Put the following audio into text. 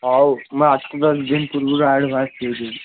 ହଉ ମୁଁ ଆସିବା ଦୁଇ ଦିନ ପୂର୍ବରୁ ଆଡ଼ଭାନ୍ସ ଦେଇଦେବି